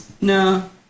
No